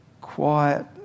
quiet